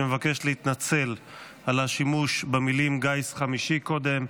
שמבקש להתנצל על השימוש במילים "גיס חמישי" קודם.